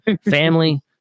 Family